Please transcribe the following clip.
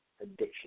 addiction